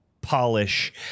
polish